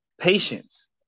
patience